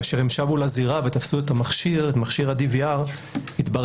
כאשר הם שבו לזירה ותפסו את מכשיר ה-DVR התברר